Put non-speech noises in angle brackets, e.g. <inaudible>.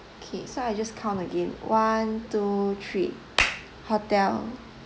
okay so I just count again one two three <noise> hotel